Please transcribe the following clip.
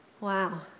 Wow